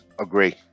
agree